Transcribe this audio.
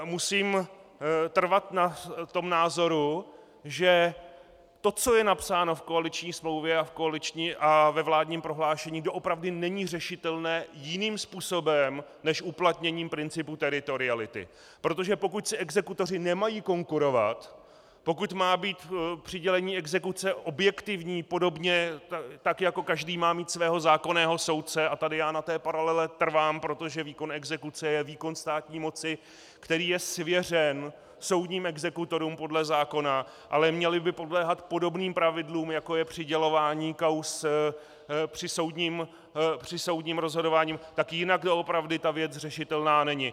Musím trvat na názoru, že to, co je napsáno v koaliční smlouvě a ve vládním prohlášení, doopravdy není řešitelné jiným způsobem než uplatněním principu teritoriality, protože pokud si exekutoři nemají konkurovat, pokud má být přidělení exekuce objektivní, podobně jako každý má mít svého zákonného soudce, a tady já na té paralele trvám, protože výkon exekuce je výkon státní moci, který je svěřen soudním exekutorům podle zákona, ale měli by podléhat podobným pravidlům, jako je přidělování kauz při soudním rozhodování, jinak doopravdy ta věc řešitelná není.